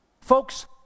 Folks